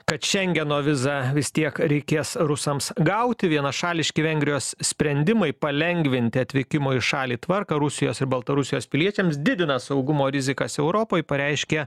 kad šengeno vizą vis tiek reikės rusams gauti vienašališki vengrijos sprendimai palengvinti atvykimo į šalį tvarką rusijos ir baltarusijos piliečiams didina saugumo rizikas europoj pareiškė